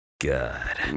God